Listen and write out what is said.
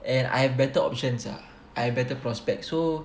and I have better options ah I have better prospect so